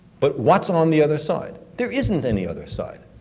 but, what's on the other side? there isn't any other side.